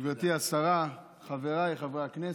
גברתי השרה, חבריי חברי הכנסת,